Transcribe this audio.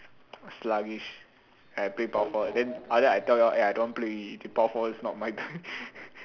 sluggish I play power forward then after that I tell you all eh I don't want play ready jitao power forward is not my type